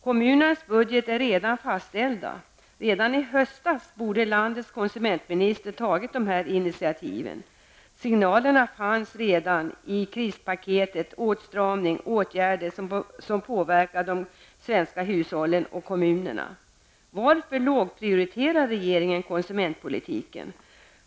Kommunernas budgetar är redan fastställda i stort. Redan i höstas borde landets konsumentminister ha tagit dessa initiativ. Det fanns redan i krispaketet signaler om åtstramning och åtgärder som påverkar de svenska hushållen och kommunerna. Varför lågprioriterar regeringen konsumentpolitiken?